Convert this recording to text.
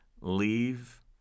Leave